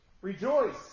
Rejoice